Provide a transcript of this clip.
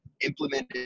implemented